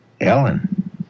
Ellen